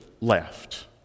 left